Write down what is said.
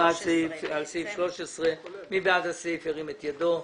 על סעיף 13. מי בעד אישור סעיף 13?